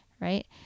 right